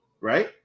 right